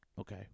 Okay